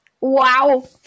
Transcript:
Wow